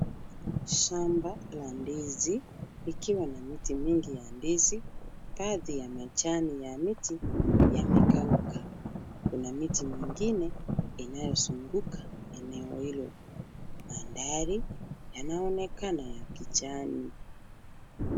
Shamba la ndizi likiwa na miti mingi ya ndizi. Baadhi ya majani ya miti yamekauka. Kuna miti mingine inayozunguka eneo hilo. Mandhari yanaonekana ya kijani.